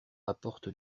apporte